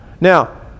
Now